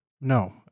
No